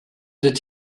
did